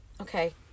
Okay